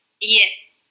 Yes